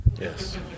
yes